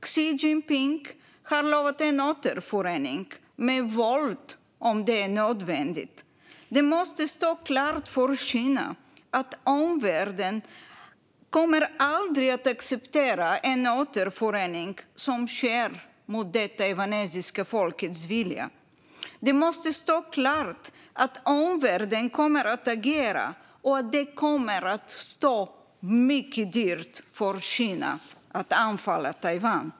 Xi Jinping har lovat en återförening, med våld om det är nödvändigt. Det måste stå klart för Kina att omvärlden aldrig kommer att acceptera en återförening som sker mot det taiwanesiska folkets vilja. Det måste stå klart att omvärlden kommer att agera och att det kommer att stå Kina mycket dyrt att anfalla Taiwan.